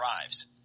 arrives